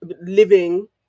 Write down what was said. living